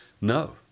No